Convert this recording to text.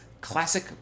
classic